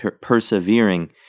persevering